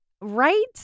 Right